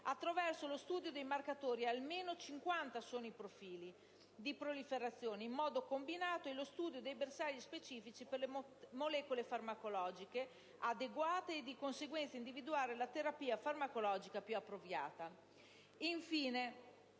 attraverso lo studio dei marcatori (almeno 50 sono i profili) di proliferazione in modo combinato e lo studio dei bersagli specifici per le molecole farmacologiche adeguate e, di conseguenza, individuare la terapia farmacologica più appropriata.